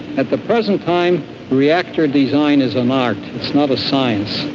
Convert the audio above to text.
at the present time reactor design is an art, not a science.